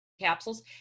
capsules